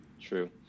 True